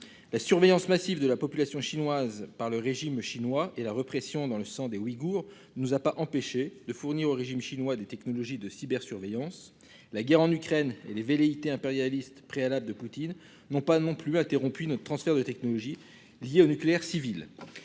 La surveillance massive de la population chinoise par le régime chinois et la répression dans le sang des Ouïgours nous a pas empêché de fournir au régime chinois des technologies de cybersurveillance. La guerre en Ukraine et les velléités impérialistes préalable de Poutine n'ont pas non plus interrompu de transfert de technologies liées au nucléaire civil.